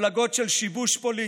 מפלגות של שיבוש פוליטי.